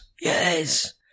Yes